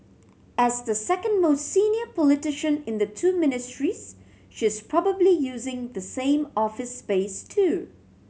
as the second most senior politician in the two Ministries she is probably using the same office space too